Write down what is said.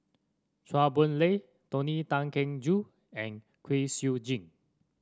Chua Boon Lay Tony Tan Keng Joo and Kwek Siew Jin